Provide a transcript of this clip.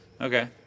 okay